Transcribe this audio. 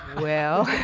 well.